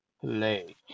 play